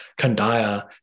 Kandaya